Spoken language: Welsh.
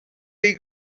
chi